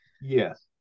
Yes